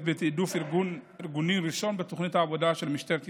בתעדוף ארגוני ראשון בתוכנית העבודה של משטרת ישראל.